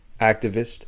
activist